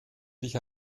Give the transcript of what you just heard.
dich